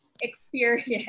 experience